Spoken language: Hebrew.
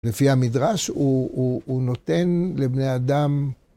לפי המדרש הוא נותן לבני אדם